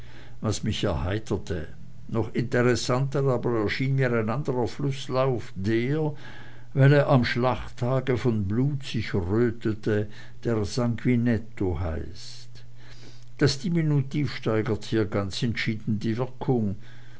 was mich sehr erheiterte noch interessanter aber erschien mir ein anderer flußlauf der weil er am schlachttage von blut sich rötete der sanguinetto heißt das diminutiv steigert hier ganz entschieden die wirkung